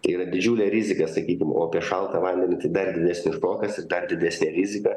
tai yra didžiulė rizika sakykim o apie šaltą vandenį tai dar didesnis špokas ir dar didesnė rizika